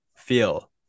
feel